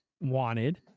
wanted